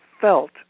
felt